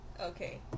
okay